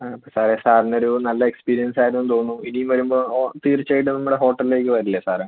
ആ അപ്പം സാറേ സാറിനൊരു നല്ല എക്സ്പീരിയൻസ് ആയിരുന്നു തോന്നുന്നു ഇനി വരുമ്പോൾ ഓ തീർച്ചയായിട്ടും നമ്മുടെ ഹോട്ടലിലേക്ക് വരില്ലേ സാറേ